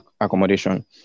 accommodation